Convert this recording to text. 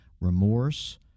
remorse